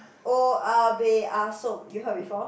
oya-beh-ya-som you heard before